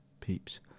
peeps